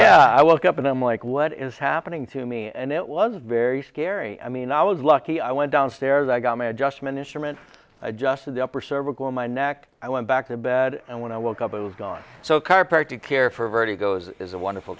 yeah i woke up and i'm like what is happening to me and it was very scary i mean i was lucky i went downstairs i got my adjustment instrument adjusted the upper cervical my neck i went back to bed and when i woke up it was gone so carpark to care for vertigo's is a wonderful